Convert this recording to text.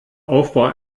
aufbau